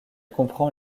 comprend